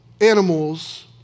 animals